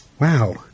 Wow